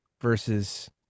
versus